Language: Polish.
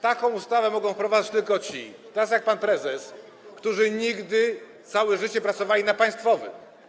Taką ustawę mogą wprowadzać tylko ci, tacy jak pan prezes, którzy nigdy... całe życie pracowali na państwowym.